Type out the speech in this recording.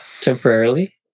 temporarily